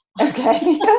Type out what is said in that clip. Okay